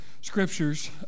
scriptures